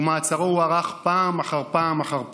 ומעצרו הוארך פעם אחר פעם אחר פעם.